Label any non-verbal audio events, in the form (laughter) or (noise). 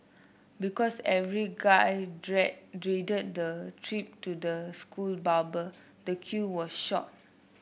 because every guy (unintelligible) dreaded the trip to the school barber the queue was short